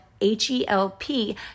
H-E-L-P